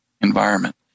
environment